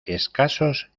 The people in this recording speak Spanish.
escasos